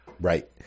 Right